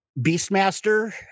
Beastmaster